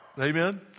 Amen